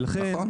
ולכן,